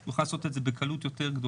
הוא יוכל לעשות את זה בקלות יותר גדולה.